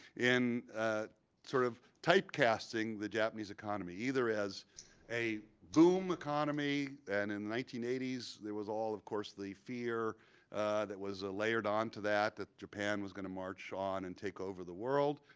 in sort of type-casting the japanese economy, either as a boom economy and in nineteen eighty s, there was all, of course, the fear that was layered onto that that japan was going to march on and take over the world.